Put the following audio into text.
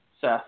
Seth